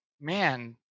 man